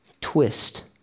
twist